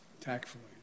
tactfully